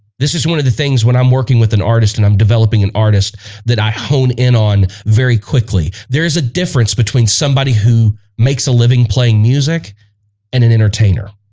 this is one of the things when i'm working with an artist and i'm developing an artist that i hone in on very quickly there is a difference between somebody who makes a living playing music and an entertainer